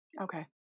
Okay